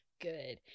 good